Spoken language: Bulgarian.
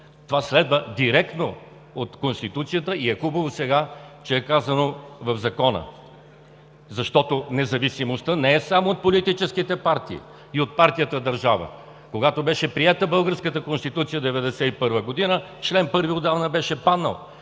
Това следва директно от Конституцията и е хубаво сега, че е казано в Закона, защото независимостта не е само от политическите партии и от партията държава. Когато беше приета българската Конституция 1991 г., чл. 1 отдавна беше паднал.